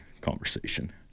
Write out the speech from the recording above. conversation